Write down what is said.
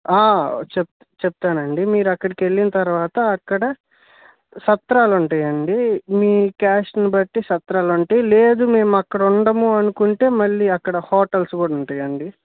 చెబ్ చెబుతానండి మీరు అక్కడికి వెళ్ళిన తరువాత అక్కడ సత్రాలు ఉంటాయి అండి మీ క్యాష్ని బట్టి సత్రాలుంటాయి లేదు మేము అక్కడ ఉండము అనుకుంటే మళ్ళీ అక్కడ హోటల్స్ కూడా ఉంటాయండి